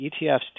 ETFs